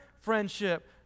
friendship